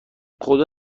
خدا